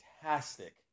fantastic